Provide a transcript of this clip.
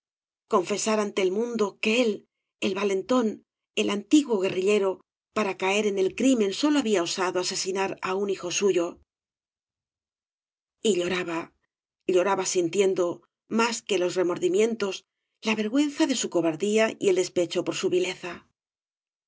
confesar ante el mundo que él el valentón el antiguo guerrillero para caer en el crimen sólo había osado asesinar á un hijo suyo y lloraba lloraba sintiendo más que los re mordimiantos la vergüenza de su cobardía y el despecho por su vileza